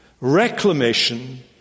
reclamation